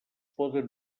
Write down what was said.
poden